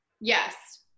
Yes